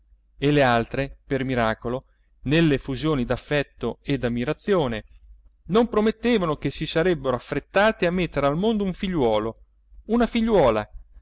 e le altre per miracolo nelle effusioni d'affetto e d'ammirazione non promettevano che si sarebbero affrettate a mettere al mondo un figliuolo una figliuola